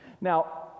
Now